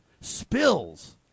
spills